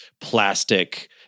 plastic